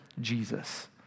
Jesus